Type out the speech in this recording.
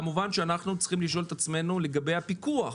כמובן שאנחנו צריכים לשאול את עצמנו לגבי הפיקוח,